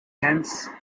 dense